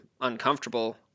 uncomfortable